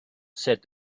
said